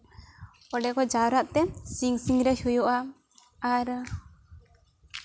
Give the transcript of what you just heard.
ᱚᱸᱰᱮ ᱠᱚ ᱡᱟᱣᱨᱟᱜ ᱛᱮ ᱥᱤᱧ ᱥᱤᱝᱨᱟᱹᱭ ᱦᱩᱭᱩᱜᱼᱟ ᱟᱨ